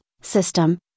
system